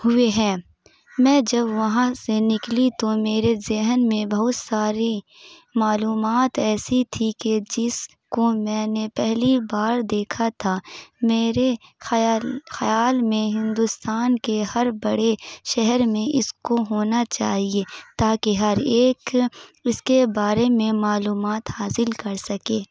ہوئے ہیں میں جب وہاں سے نکلی تو میرے ذہن میں بہت ساری معلومات ایسی تھی کہ جس کو میں نے پہلی بار دیکھا تھا میرے خیال خیال میں ہندوستان کے ہر بڑے شہر میں اس کو ہونا چاہیے تا کہ ہر ایک اس کے بارے میں معلومات حاصل کر سکے